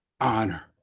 honor